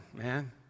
man